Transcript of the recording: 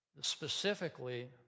specifically